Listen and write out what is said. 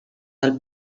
del